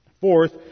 Fourth